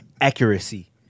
accuracy